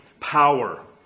power